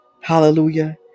Hallelujah